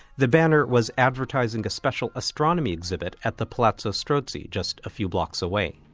the banner was advertising a special astronomy exhibit at the palazzo strozzi just a few blocks away.